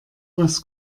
was